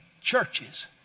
churches